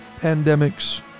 pandemics